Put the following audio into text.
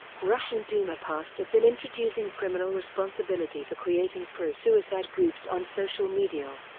russian duma passed a bill introducing criminal responsibility for creating pro-suicide groups on social media,